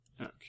Okay